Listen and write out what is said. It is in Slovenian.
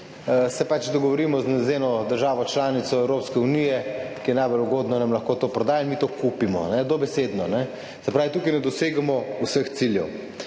se pač dogovorimo z eno državo članico Evropske unije, ki je najbolj ugodna, da nam lahko to proda in mi to kupimo, dobesedno. Se pravi, tukaj ne dosegamo vseh ciljev.